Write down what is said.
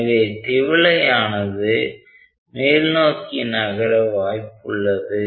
எனவே திவலையானது மேல் நோக்கி நகர வாய்ப்பு உள்ளது